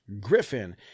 Griffin